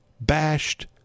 bashed